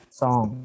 song